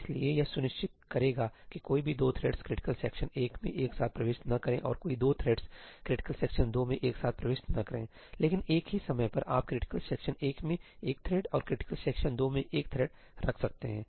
इसलिए यह सुनिश्चित करेगा कि कोई भी दो थ्रेडस क्रिटिकल सेक्शन 1 में एक साथ प्रवेश न करें और कोई 2 थ्रेडसक्रिटिकल सेक्शन 2 में एक साथ प्रवेश न करें लेकिन एक ही समय पर आप क्रिटिकल सेक्शन 1 में एक थ्रेड और क्रिटिकल सेक्शन 2 में एक थ्रेड रख सकते हैं